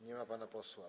Nie ma pana posła.